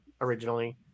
originally